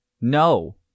No